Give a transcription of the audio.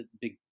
big